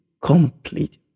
complete